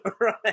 Right